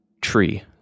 tree